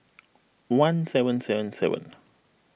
one seven seven seven